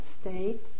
state